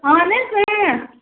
اَہَن حظ اۭں